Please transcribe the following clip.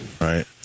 Right